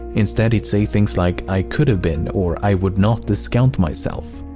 instead, he'd say things like i could have been or i would not discount myself.